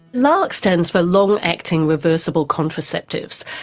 larcs stands for long acting reversible contraceptives,